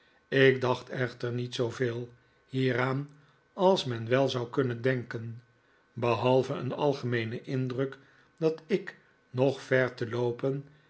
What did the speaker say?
ik dacht echter niet zooveel hieraan als men wel zou kunnen denken behalve een algem'eenen indruk dat ik nog ver te loopen